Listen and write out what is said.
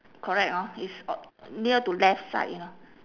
correct hor it's o~ near to left side you know